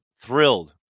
thrilled